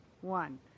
one